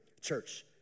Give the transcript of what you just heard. church